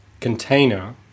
container